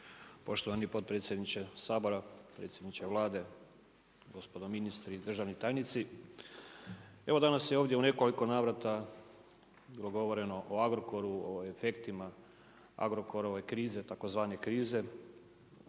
Poštovani potpredsjedniče Sabora, predsjedniče Vlade, gospodo ministri i državni tajnici, evo danas je ovdje u nekoliko navrata bilo govoreno o Agrokoru, o efektima Agrokorove krize, tzv. krize.